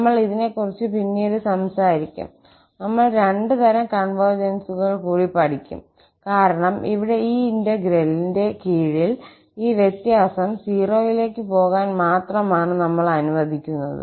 നമ്മൾ ഇതിനെക്കുറിച്ച് പിന്നീട് സംസാരിക്കും നമ്മൾ രണ്ട് തരം കോൺവെർജൻസുകൾ കൂടി പഠിക്കും കാരണം ഇവിടെ ഈ ഇന്റഗ്രലിന്റെ കീഴിൽ ഈ വ്യത്യാസം 0 ലേക്ക് പോകാൻ മാത്രമാണ് നമ്മൾ അനുവദിക്കുന്നത്